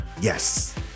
Yes